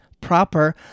proper